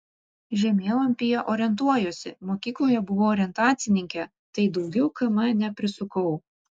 žemėlapyje orientuojuosi mokykloje buvau orientacininkė tai daugiau km neprisukau